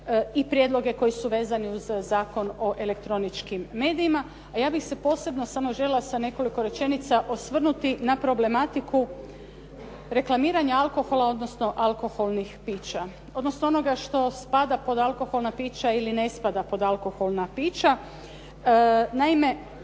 i prijedloge koji su vezani uz Zakon o elektroničkim medijima. A ja bih se posebno samo željela sa nekoliko rečenica osvrnuti na problematiku reklamiranja alkohola, odnosno alkoholnih pića, odnosno onoga što spada pod alkoholna pića ili ne spada pod alkoholna pića.